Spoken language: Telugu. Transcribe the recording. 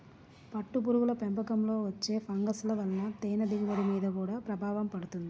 పట్టుపురుగుల పెంపకంలో వచ్చే ఫంగస్ల వలన తేనె దిగుబడి మీద గూడా ప్రభావం పడుతుంది